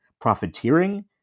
profiteering